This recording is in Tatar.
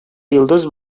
йолдыз